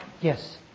Yes